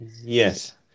Yes